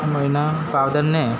મરીના પાવડરને